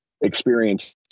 experience